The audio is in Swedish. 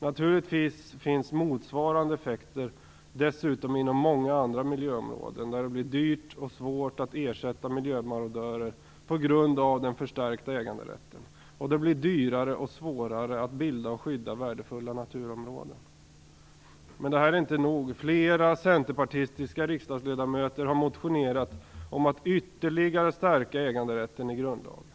Naturligtvis finns motsvarande effekter också inom många andra miljöområden, där det blir dyrt och svårt att ersätta miljömarodörer på grund av den förstärkta äganderätten. Vidare blir det dyrare och svårare att bilda och skydda värdefulla naturområden - men inte nog med det! Flera centerpartistiska riksdagsledamöter har nämligen motionerat om ytterligare stärkt äganderätt i grundlagen.